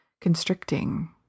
constricting